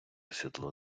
сідло